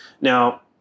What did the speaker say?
Now